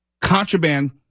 contraband